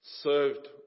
Served